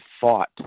fought